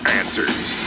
answers